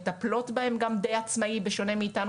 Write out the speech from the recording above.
מטפלות בהם גם די באופן עצמאי בשונה מאיתנו